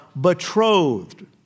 betrothed